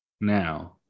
now